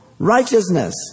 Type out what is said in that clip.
Righteousness